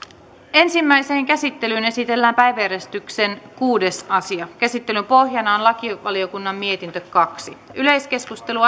ensimmäiseen käsittelyyn esitellään päiväjärjestyksen kuudes asia käsittelyn pohjana on lakivaliokunnan mietintö kaksi yleiskeskustelu